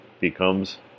becomes